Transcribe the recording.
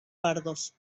pardos